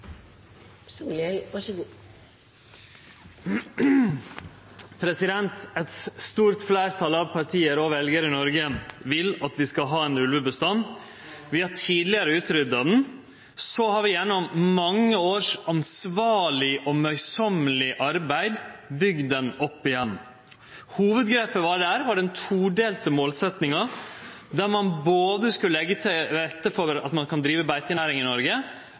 akseptere en så lang tidsfrist, og jeg beklager å måtte si det: Jeg kan ikke støtte forslaget. Eit stort fleirtal av partia og veljarane i Noreg vil at vi skal ha ein ulvebestand. Vi har tidlegare utrydda han. Så har vi gjennom mange års ansvarleg og mødesamt arbeid bygd han opp att. Hovudgrepet der var den todelte målsetjinga om at ein både skulle leggje til rette for at ein kan